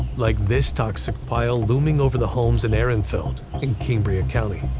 like this toxic pile looming over the homes in ehrenfeld, in cambria county.